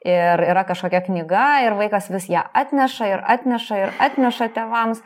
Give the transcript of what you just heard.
ir yra kažkokia knyga ir vaikas vis ją atneša ir atneša ir atneša tėvams